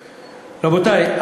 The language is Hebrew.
רבותי,